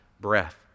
breath